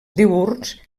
diürns